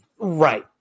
Right